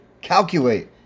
calculate